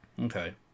Okay